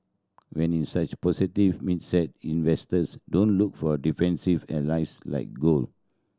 when in such positive meant set investors don't look for a defensive arise like gold